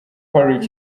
party